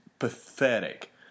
pathetic